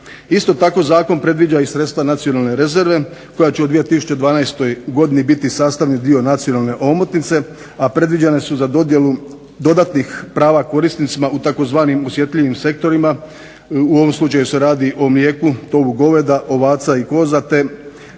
Isto tako, zakon predviđa i sredstva nacionalne rezerve koja će u 2012. godini biti sastavni dio nacionalne omotnice, a predviđene su za dodjelu dodatnih prava korisnicima u tzv. osjetljivim sektorima. U ovom slučaju se radi o mlijeku, tovu goveda, ovaca i koza te